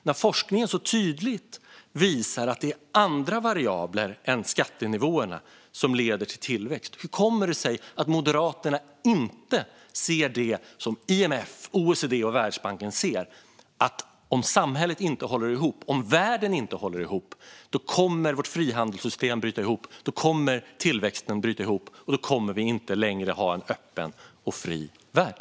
När forskningen så tydligt visar att det är andra variabler än skattenivåerna som leder till tillväxt, hur kommer det sig då att Moderaterna inte ser det som IMF, OECD och Världsbanken ser, nämligen att om samhället och världen inte håller ihop kommer både vårt frihandelssystem och tillväxten att bryta ihop, och då kommer vi inte längre att ha en öppen och fri värld?